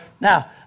now